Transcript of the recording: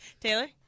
Taylor